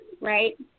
right